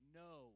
no